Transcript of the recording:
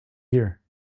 here